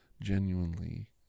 genuinely